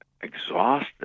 Exhausted